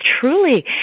truly